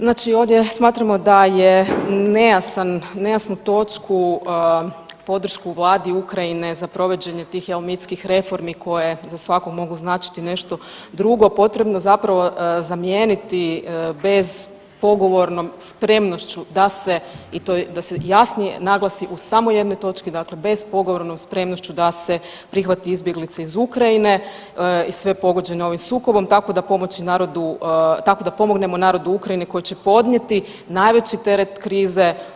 Znači ovdje smatramo da je nejasan, nejasnu točku podršku vladi Ukrajine za provođenje tih jel mitskih reformi koje za svakog mogu znači nešto drugo, potrebno zapravo zamijeniti bez pogovornom spremnošću da se i to da se jasnije naglasi u samo jednoj točki dakle bez pogovornom spremnošću da se prihvati izbjeglice iz Ukrajine i sve pogođene ovim sukobom tako da pomoći narodu, tako da pomognemo narodu Ukrajine koji će podnijeti najveći teret krize.